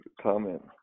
comment